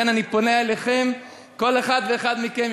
לכן אני פונה אליכם: כל אחד ואחת מכם